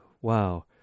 wow